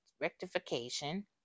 rectification